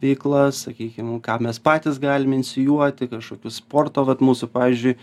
veiklas sakykim ką mes patys galim inicijuoti kažkokius sporto vat mūsų pavyzdžiui